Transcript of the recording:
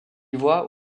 voit